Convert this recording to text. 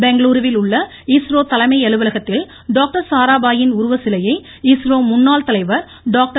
பெங்களுரூவில் உள்ள இஸ்ரோ தலைமை அலுவலகத்தில் டாக்டர் சாராபாயின் உருவசிலையை இஸ்ரோ முன்னாள் தலைவர் டாக்டர்